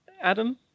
Adam